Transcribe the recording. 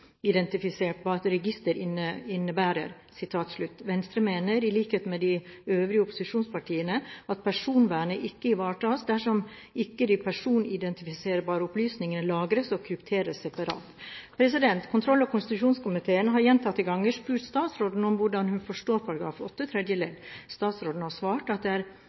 pasientregister på bakgrunn av «de betydelige personvernmessige ulempene et personidentifiserbart register innebærer». Venstre mener i likhet med de øvrige opposisjonspartiene at personvernet ikke ivaretas dersom ikke de personidentifiserende opplysningene lagres og krypteres separat. Kontroll- og konstitusjonskomiteen har gjentatte ganger spurt statsråden om hvordan hun forstår § 8 tredje ledd. Statsråden har svart at det